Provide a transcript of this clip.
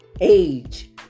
age